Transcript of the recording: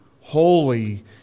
holy